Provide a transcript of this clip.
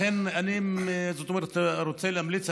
לכן אני רוצה להמליץ,